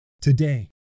today